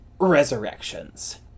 resurrections